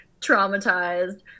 traumatized